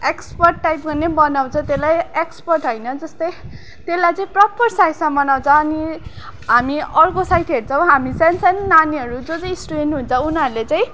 expert टाइपको नै बनाउँछ त्यसलाई एक्स्पर्ट होइन जस्तै त्यसलाई चाहिँ प्रोपर साइजमा बनाउँछ अनि हामी अर्को साइड हेर्छौँ हामी सानसानु नानीहरू जो चाहिँ स्टुडेन्ट हुन्छ उनीहरूले चाहिँ